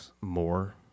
more